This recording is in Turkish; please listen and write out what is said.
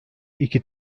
iki